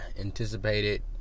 anticipated